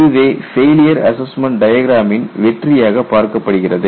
இதுவே failure assessment டயக்ராமின் வெற்றியாக பார்க்கப்படுகிறது